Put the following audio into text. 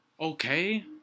Okay